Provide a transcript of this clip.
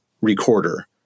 recorder